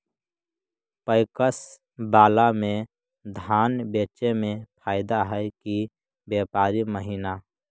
PACS बाला में धान बेचे मे फायदा है कि व्यापारी महिना?